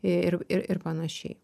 ir ir ir panašiai